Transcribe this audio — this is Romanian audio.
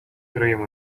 trăim